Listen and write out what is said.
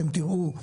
אתם תראו,